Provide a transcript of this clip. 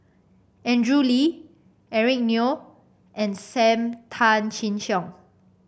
Andrew Lee Eric Neo and Sam Tan Chin Siong